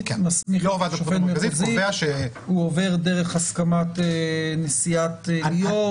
הוא עובר דרך הסכמת נשיאת העליון?